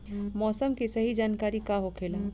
मौसम के सही जानकारी का होखेला?